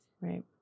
Right